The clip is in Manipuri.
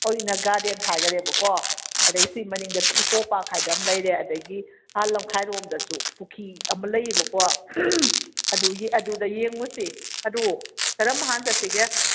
ꯍꯧꯖꯤꯛꯅ ꯒꯥꯔꯗꯦꯟ ꯍꯥꯏꯈꯔꯦꯕꯀꯣ ꯑꯗꯩ ꯁꯤ ꯃꯅꯤꯡꯗꯁꯨ ꯏꯀꯣ ꯄꯥꯔꯛ ꯍꯥꯏꯗꯅ ꯑꯃ ꯂꯩꯔꯦ ꯑꯗꯒꯤ ꯑꯥ ꯂꯝꯈꯥꯏꯔꯣꯝꯗꯁꯨ ꯄꯨꯈ꯭ꯔꯤ ꯑꯃ ꯂꯩꯌꯦꯕꯀꯣ ꯑꯗꯨ ꯑꯗꯨꯗ ꯌꯦꯡꯉꯨꯁꯦ ꯑꯗꯨ ꯀꯔꯝꯕ ꯍꯥꯟꯅ ꯆꯠꯁꯤꯒꯦ